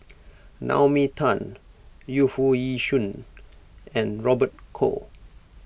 Naomi Tan Yu Foo Yee Shoon and Robert Goh